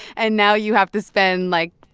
and now you have to spend, like,